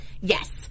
Yes